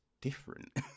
different